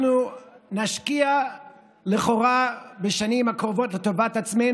אנחנו נשקיע לכאורה בשנים הקרובות לטובת עצמנו,